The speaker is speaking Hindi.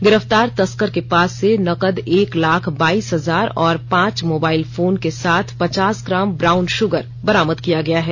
गिरफ्तार तस्कर के पास से नगद एक लाख बाईस हजार और पांच मोबाइल फोन के साथ पचास ग्राम ब्राउन शुगर बरामद किया गया है